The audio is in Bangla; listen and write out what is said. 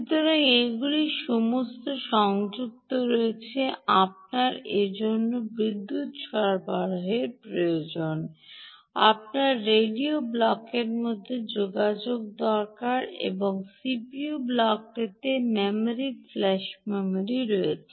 সুতরাং এগুলির সমস্ত সংযুক্ত রয়েছে আপনার এর জন্য বিদ্যুত সরবরাহ প্রয়োজন আপনার রেডিও ব্লকের মধ্যে যোগাযোগ দরকার এবং সিপিইউ ব্লকটিতে মেমরি ফ্ল্যাশ মেমরি রয়েছে